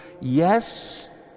Yes